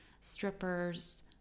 strippers